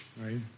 right